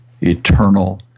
eternal